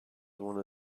one